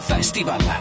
Festival